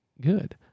good